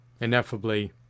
ineffably